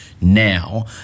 now